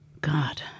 God